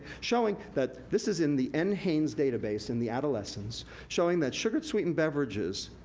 showing that this is in the and nhanes database in the adolescents, showing that sugar sweetened beverages,